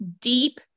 deep